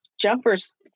jumpers